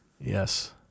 Yes